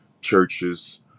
churches